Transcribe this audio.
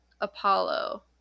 Apollo